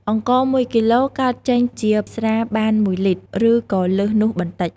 អង្ករមួយគីឡូកើតចេញជាស្រាបានមួយលីត្រ ឬក៏លើសនោះបន្តិច។